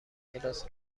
کلاس